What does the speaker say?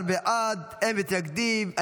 13 בעד, אין מתנגדים.